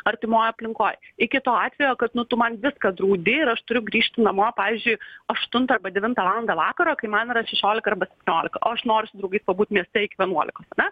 artimoj aplinkoj iki to atvejo kad nu tu man viską draudi ir aš turiu grįžti namo pavyzdžiui aštuntą arba devintą valandą vakaro kai man yra šešiolika arba septyniolika o aš noriu su draugais pabūt nespėju vienuolikos ane